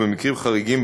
ובמקרים חריגים,